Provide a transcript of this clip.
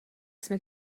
jsme